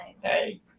hey